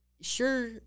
sure